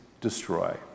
destroy